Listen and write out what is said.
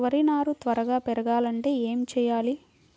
వరి నారు త్వరగా పెరగాలంటే ఏమి చెయ్యాలి?